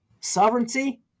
sovereignty